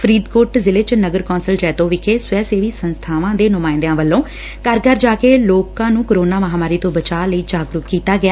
ਫਰੀਦਕੋਟ ਜ਼ਿਲ਼ੇ ਚ ਨਗਰ ਕੌਂਸਲ ਜੈਤੋ ਵਿਖੇ ਸਵੈ ਸੇਵੀ ਸੰਸਬਾਵਾਂ ਦੇ ਨੁਮਾਇੰਦਿਆਂ ਵੱਲੋਂ ਘਰ ਘਰ ਜਾ ਕੇ ਲੋਕਾਂ ਕਰੋਨਾ ਮਹਾਂਮਾਰੀ ਤੋਂ ਬਚਾਅ ਲਈ ਜਾਗਰੁਕ ਕੀਤਾ ਗਿਆ